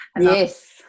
yes